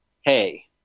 hey